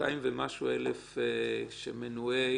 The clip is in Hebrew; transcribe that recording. כ-200,000 אנשים שמנועי